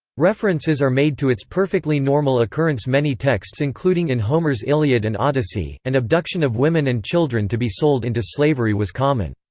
references are made to its perfectly normal occurrence many texts including in homer's iliad and odyssey, and abduction of women and children to be sold into slavery was common.